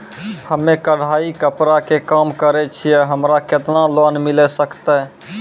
हम्मे कढ़ाई कपड़ा के काम करे छियै, हमरा केतना लोन मिले सकते?